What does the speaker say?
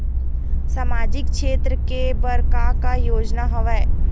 सामाजिक क्षेत्र के बर का का योजना हवय?